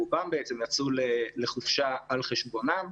רובם בעצם יצאו לחופשה על חשבונם.